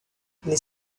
les